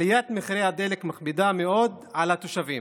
עליית מחירי הדלק מכבידה מאוד על התושבים,